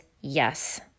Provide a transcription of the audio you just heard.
yes